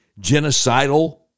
genocidal